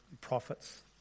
prophets